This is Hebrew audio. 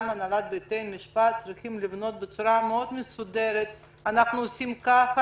גם הנהלת בתי המשפט צריכה לבנות בצורה מסודרת מאוד: אנחנו עושים כך,